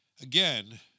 again